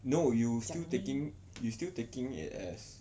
no you still taking you still taking it as